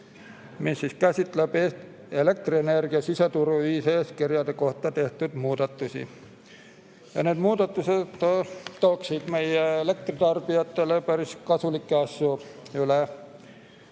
mis käsitleb elektrienergia siseturu ühiseeskirjade kohta tehtud muudatusi. Need muudatused tooksid meie elektritarbijatele päris kasulikke asju,